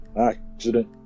accident